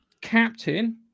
captain